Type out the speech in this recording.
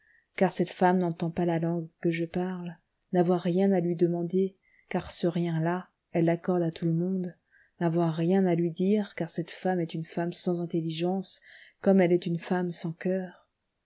car cette femme n'entend pas la langue que je parle n'avoir rien à lui demander car ce rien là elle l'accorde à tout le monde n'avoir rien à lui dire car cette femme est une femme sans intelligence comme elle est une femme sans coeur